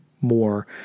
more